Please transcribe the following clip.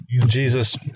Jesus